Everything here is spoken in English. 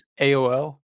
AOL